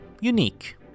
unique